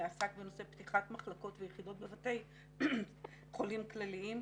עסק בנושא פתיחת מחלקות ויחידות בבתי חולים כלליים,